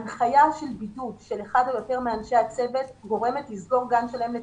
הנחיה של בידוד של אחד או יותר מאנשי הצוות גורמת לסגור גן שלם לצמיתות.